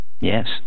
Yes